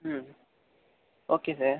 ம் okay sir